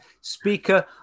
speaker